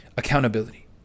accountability